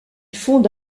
fonde